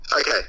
Okay